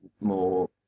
more